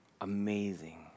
amazing